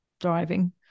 driving